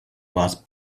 was